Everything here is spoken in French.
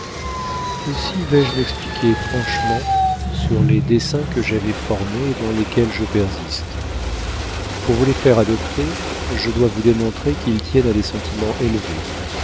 aussi vais-je m'expliquer franchement sur les desseins que j'avais formés et dans lesquels je persiste pour vous les faire adopter je dois vous démontrer qu'ils tiennent à des sentiments élevés